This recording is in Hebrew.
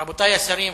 רבותי השרים,